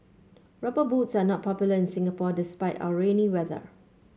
rubber boots are not popular in Singapore despite our rainy weather